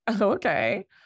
okay